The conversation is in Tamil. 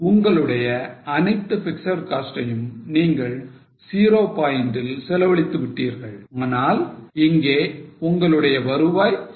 உங்களுடைய அனைத்து பிக்ஸட் காஸ்ட் யும் நீங்கள் 0 பாயிண்டில் செலவழித்து விட்டீர்கள் ஆனால் இங்கே உங்களுடைய வருவாய் 0